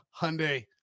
hyundai